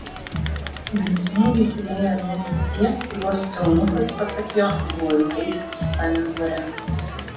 grėsmingai tylėjo net ir tie kuriuos eunuchas pasak jo buvo įtaisęs stanio dvare